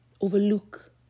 overlook